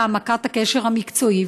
להעמקת הקשר המקצועי,